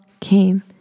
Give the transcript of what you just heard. came